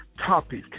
topic